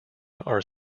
are